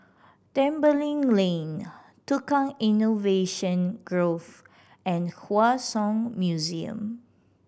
Tembeling Lane Tukang Innovation Grove and Hua Song Museum